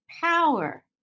power